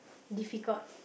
difficult